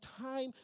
time